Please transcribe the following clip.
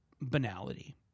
banality